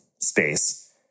space